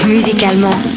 Musicalement